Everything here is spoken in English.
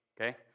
Okay